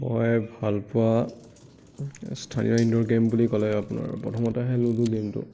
মই ভালপোৱা স্থানীয় ইনড'ৰ গেম বুলি ক'লে আপোনাৰ প্ৰথমতে আহিব